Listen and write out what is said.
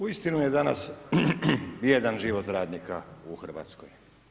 Uistinu je danas bijedan život radnika u Hrvatskoj.